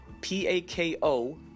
P-A-K-O